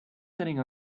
sitting